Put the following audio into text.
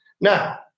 Now